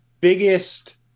biggest